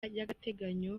y’agateganyo